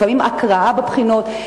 לפעמים הקראה בבחינות,